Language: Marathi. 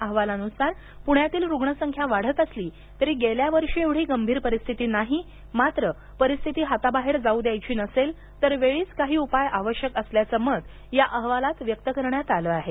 अहवालानुसार पुण्यातील रुग्णसंख्या वाढत असली तरी गेल्या वर्षीएवढी गंभीर परिस्थिती नाही मात्र परिस्थिती हाताबाहेर जाऊ द्यायची नसेल तर वेळीच काही उपाय आवश्यक असल्याचं मत या अहवालात व्यक्त करण्यात आलं आहे